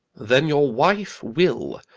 then your wife will.